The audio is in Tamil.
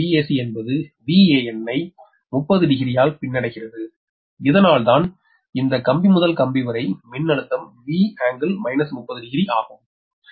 அதாவது Vac என்பது Van ஐ 30 டிகிரி பின்னடைகிறது இதனால்தான் இந்த கம்பி முதல் கம்பி வரை மின்னழுத்தம் V∟ 30 டிகிரி ஆகும்